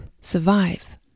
survive